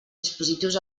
dispositius